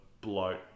bloat